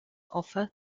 offer